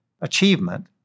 achievement